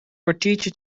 kwartiertje